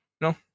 no